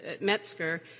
Metzger